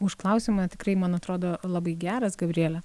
už klausimą tikrai man atrodo labai geras gabriele